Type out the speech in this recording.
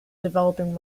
developing